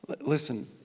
Listen